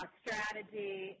strategy